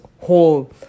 whole